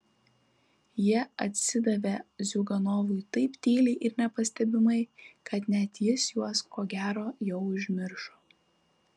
jie atsidavė ziuganovui taip tyliai ir nepastebimai kad net jis juos ko gero jau užmiršo